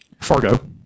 Fargo